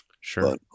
Sure